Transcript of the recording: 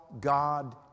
God